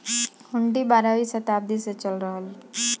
हुन्डी बारहवीं सताब्दी से चलल रहे